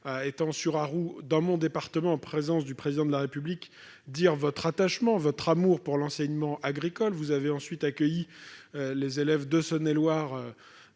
Étang-sur-Arroux, dans mon département, en présence du Président de la République, exprimer votre attachement, votre amour même, pour l'enseignement agricole. Vous avez ensuite accueilli les élèves de Saône-et-Loire